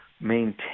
maintain